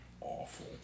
awful